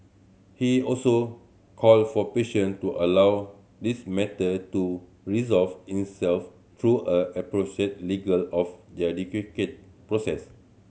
he also called for patience to allow this matter to resolve itself through a legal of their process